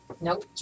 no